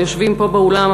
היושבים פה האולם,